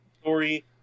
story